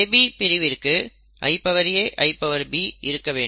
AB பிரிவிர்க்கு IA IB இருக்க வேண்டும்